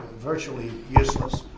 virtually useless.